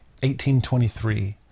1823